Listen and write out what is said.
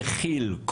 מכיל,